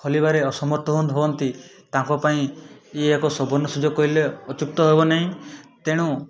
ଖଲିବାରେ ଅସମର୍ଥ ହୁଅନ୍ତି ତାଙ୍କ ପାଇଁ ଇଏ ଏକ ସୁବର୍ଣ୍ଣ ସୁଯୋଗ କହିଲେ ଅତ୍ୟୁକ୍ତି ହେବ ନାହିଁ ତେଣୁ